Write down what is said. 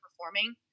performing